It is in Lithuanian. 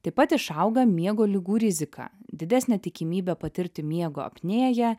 taip pat išauga miego ligų rizika didesnė tikimybė patirti miego apnėją